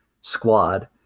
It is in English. squad